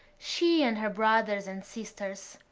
she and her brothers and sisters.